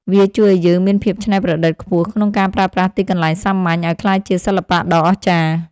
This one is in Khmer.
វាជួយឱ្យយើងមានភាពច្នៃប្រឌិតខ្ពស់ក្នុងការប្រើប្រាស់ទីកន្លែងសាមញ្ញឱ្យក្លាយជាសិល្បៈដ៏អស្ចារ្យ។